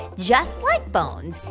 just like bones,